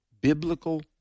biblical